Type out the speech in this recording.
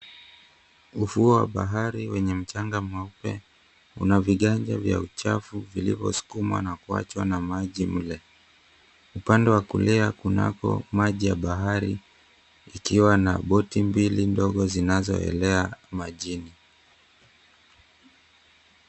Ufuo wa bahari wenye mchanga mweupe una viganja vya uchafu vilivyosukumwa na kuwachwa na maji mle. Upande wa kulia kunako maji ya bahari ikiwa na boti mbili ndogo zinazoelea majini.